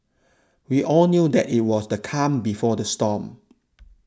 we all knew that it was the calm before the storm